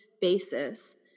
basis